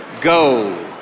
go